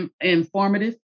informative